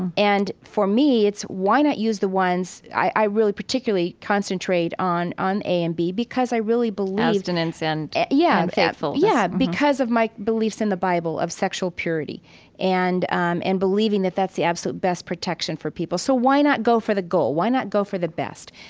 and and for me, it's why not use the ones i really, particularly, concentrate on on a and b because i really believe, abstinence and, yeah, faithfulness yeah, because of my beliefs in the bible of sexual purity and um and believing that that's the absolute best protection for people. so why not go for the goal? why not go for the best?